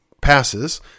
passes